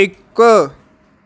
ਇੱਕ